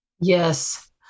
Yes